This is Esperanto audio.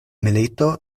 milito